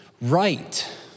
Right